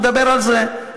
נדבר על זה,